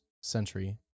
century